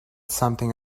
something